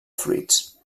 fruits